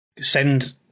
send